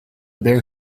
bare